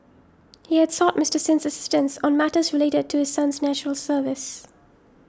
he had sought Mister Sin's assistance on matters related to his son's National Service